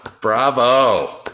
Bravo